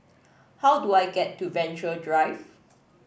how do I get to Venture Drive